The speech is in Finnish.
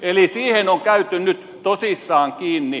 eli siihen on käyty nyt tosissaan kiinni